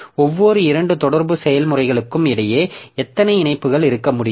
ஒவ்வொரு இரண்டு தொடர்பு செயல்முறைகளுக்கும் இடையே எத்தனை இணைப்புகள் இருக்க முடியும்